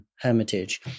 hermitage